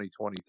2023